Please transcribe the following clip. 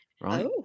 right